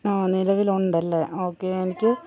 ആ നിലവിൽ ഉണ്ടല്ലേ ഓക്കെ എനിക്ക്